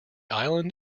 island